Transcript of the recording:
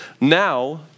now